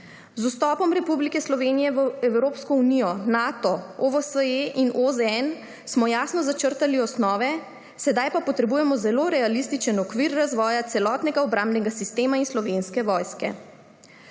Z vstopom Republike Slovenije v Evropsko unijo, Nato, OVSE in OZN smo jasno začrtali osnove, sedaj pa potrebujemo zelo realističen okvir razvoja celotnega obrambnega sistema in Slovenske vojske.